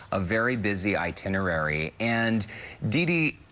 a very busy itinerary. and didi,